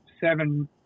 seven